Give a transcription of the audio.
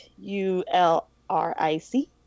U-L-R-I-C